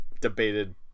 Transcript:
debated